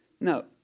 No